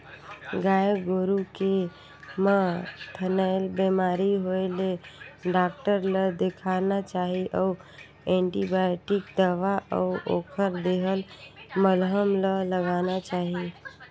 गाय गोरु के म थनैल बेमारी होय ले डॉक्टर ल देखाना चाही अउ एंटीबायोटिक दवा अउ ओखर देहल मलहम ल लगाना चाही